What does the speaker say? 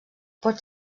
pot